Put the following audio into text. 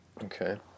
okay